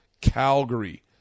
Calgary